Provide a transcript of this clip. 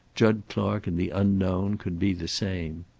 jud clark and the unknown, could be the same.